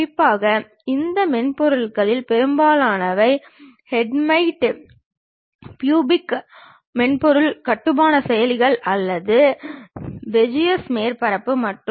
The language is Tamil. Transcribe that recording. அதாவது பொருளை தாளில் காட்சிப்படுத்துவதற்காக சிறிது பயிற்சி தேவைப்படுகிறது